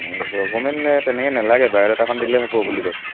document এই তেনেকৈ নালাগে বায়'ডাটাখন দিলেই হ'ব বুলি কৈছিলে